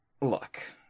look